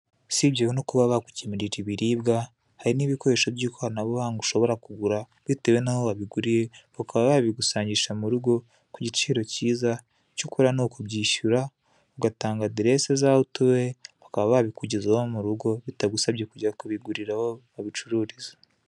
Usibye no kuba bakugemurira ibiribwa, hari n'ibikoresho by'ikoranabuhanga ushobora kugura bitewe n'aho wabiguriye, bakaba babigusanyisha mu rugo ku giciro cyiza, icyo ukora ni ukubyishyura ugatanga aderese yaho utuye bakaba babikugezaho mu rugo bitagusabye kujya kubigurira aho babicururiza.